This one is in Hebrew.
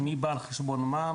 מי בא על חשבון מה?